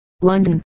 london